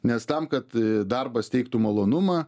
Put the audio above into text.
nes tam kad darbas teiktų malonumą